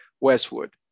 Westwood